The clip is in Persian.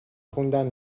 خوندن